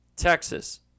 Texas